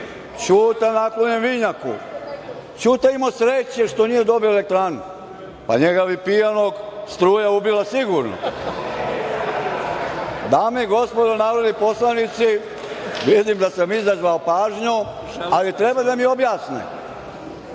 Ćuta je naklonjen vinjaku. Ćuta je imao sreće što nije dobio elektranu, pa njega bi pijanog struja ubila sigurno. Dame i gospodo narodni poslanici, vidim da sam izazvao pažnju, ali treba da mi objasne